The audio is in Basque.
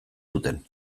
zuten